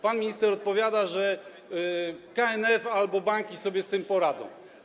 Pan minister odpowiada, że KNF albo banki sobie z tym poradzą.